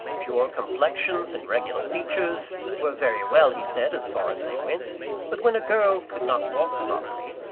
pure complexions and regular features were very well, he said, as far as they went but when a girl could not walk properly,